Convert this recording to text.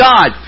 God